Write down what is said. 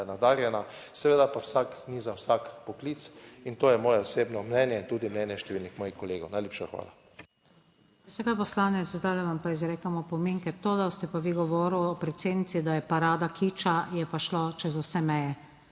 da je nadarjena. Seveda pa vsak ni za vsak poklic - to je moje osebno mnenje in tudi mnenje številnih mojih kolegov. Najlepša hvala. **PODPREDSEDNICA NATAŠA SUKIČ:** Poslanec, zdaj vam pa izrekam opomin, ker to, da ste pa vi govorili o predsednici, da je parada kiča, je pa šlo čez vse meje.